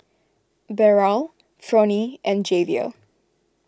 Beryl Fronie and Javier